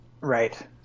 Right